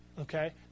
okay